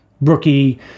rookie